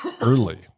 early